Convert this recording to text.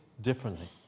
differently